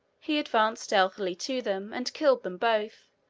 he advanced stealthily to them and killed them both,